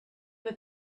with